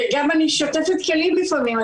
אני גם שוטפת כלים לפעמים,